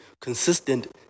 consistent